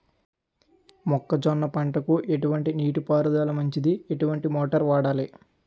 మొక్కజొన్న పంటకు ఎటువంటి నీటి పారుదల మంచిది? ఎటువంటి మోటార్ వాడాలి?